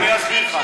אז אני אסביר לך.